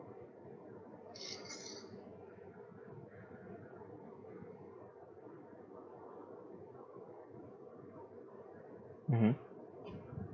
mmhmm